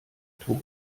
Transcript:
tot